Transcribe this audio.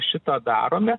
šitą darome